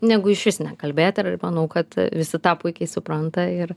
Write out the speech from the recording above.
negu išvis nekalbėti ir manau kad visi tą puikiai supranta ir